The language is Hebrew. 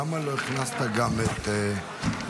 למה לא הכנסת גם את נכי